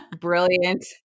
Brilliant